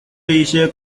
一些